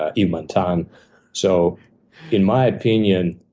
ah ematon. so in my opinion,